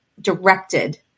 directed